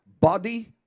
Body